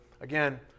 Again